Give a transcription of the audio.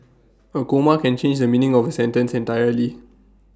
A comma can change the meaning of A sentence entirely